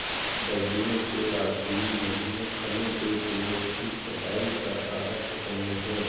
सर्दियों के आखिरी महीने फलों के पेड़ों की छंटाई का आदर्श समय है